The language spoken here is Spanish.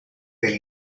del